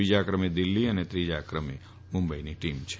બીજા ક્રમે દિલ્ફી તથા ત્રીજા ક્રમે મુંબઈની ટીમ છે